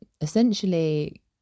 essentially